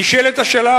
נשאלת השאלה,